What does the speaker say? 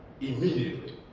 immediately